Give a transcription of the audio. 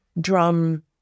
drum